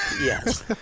yes